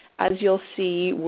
as you'll see,